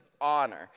Honor